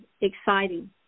exciting